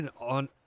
on